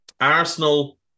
Arsenal